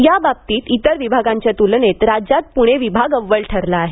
याबाबतीत इतर विभागांच्या तुलनेत राज्यात पुणे विभाग अव्वल ठरला आहे